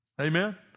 Amen